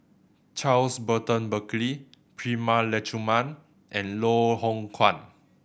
Charles Burton Buckley Prema Letchumanan and Loh Hoong Kwan